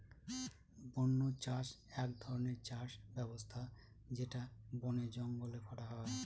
বন্য চাষ এক ধরনের চাষ ব্যবস্থা যেটা বনে জঙ্গলে করা হয়